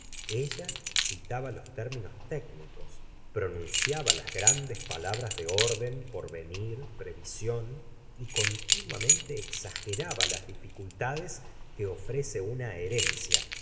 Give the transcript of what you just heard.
ella citaba los términos técnicos pronunciaba las grandes palabras de orden porvenir previsión y continuamente exageraba las dificultades que ofrece una herencia